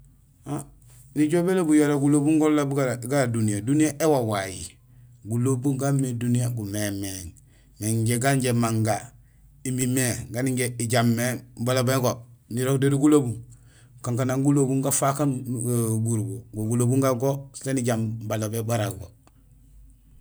Nijool bélobul yara gulobum gololaal buga duniyee; duniyee éwaway, gulobum gaamé duniyee gumémééŋ; mais nang gan injé Manga imimé; gan injé ijaam mé balobégo nurok déré gulobum kankanang gulobum gafaak aan gurubo. Gulobum ga sén ijaam balobé bara go.